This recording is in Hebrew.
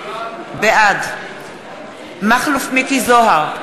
בעד מכלוף מיקי זוהר,